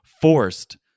forced